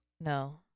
No